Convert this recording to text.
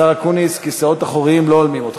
השר אקוניס, כיסאות אחוריים לא הולמים אותך.